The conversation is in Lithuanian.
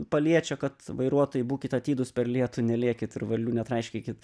paliečia kad vairuotojai būkit atidūs per lietų nelėkit ir varlių netraiškykit